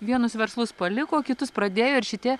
vienus verslus paliko kitus pradėjo ir šitie